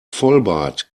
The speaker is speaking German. vollbart